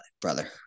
brother